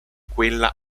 quella